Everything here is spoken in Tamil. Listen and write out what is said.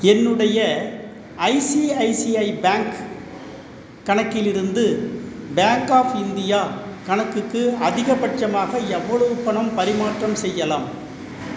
என்னுடைய ஐசிஐசிஐ பேங்க் கணக்கிலிருந்து பேங்க் ஆஃப் இந்தியா கணக்குக்கு அதிகபட்சமாக எவ்வளவு பணம் பரிமாற்றம் செய்யலாம்